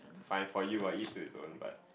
find for you ah each to it's own but